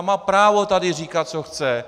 Má právo tady říkat, co chce.